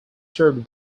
served